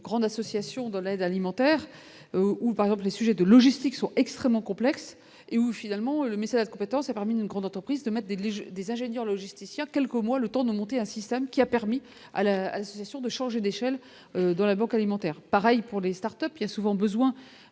Grande association de l'aide alimentaire ou par exemple des sujets de logistique sont extrêmement complexes et où finalement le message compétence et parmi une grande entreprise de des les jeux des ingénieurs logisticien quelques mois le temps de monter un système qui a permis à la gestion de changer d'échelle dans la banque alimentaire, pareil pour les Start-Up, il y a souvent besoin